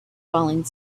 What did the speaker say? falling